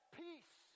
peace